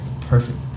perfect